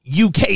uk